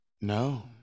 No